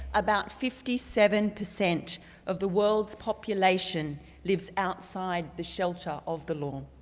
about fifty seven percent of the world's population lives outside the shelter of the law.